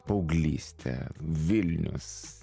paauglystę vilnius